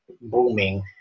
booming